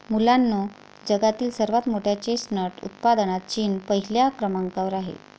मुलांनो जगातील सर्वात मोठ्या चेस्टनट उत्पादनात चीन पहिल्या क्रमांकावर आहे